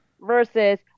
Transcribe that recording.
versus